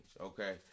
okay